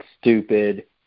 stupid